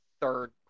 third